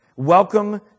Welcome